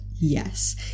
yes